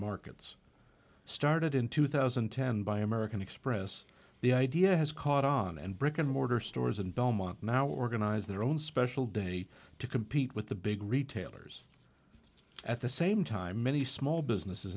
markets started in two thousand and ten by american express the idea has caught on and brick and mortar stores in belmont now organized their own special day to compete with the big retailers at the same time many small businesses